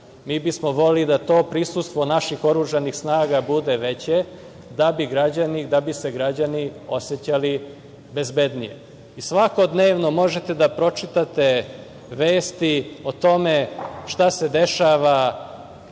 mi bismo voleli da prisustvo naših oružanih snaga bude veće da bi se građani osećali bezbednije. Svakodnevno možete da pročitate vesti o tome š ta se dešava